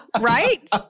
Right